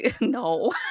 no